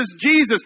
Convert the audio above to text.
Jesus